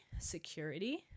security